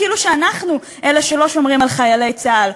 כאילו אנחנו אלה שלא שומרים על חיילי צה"ל.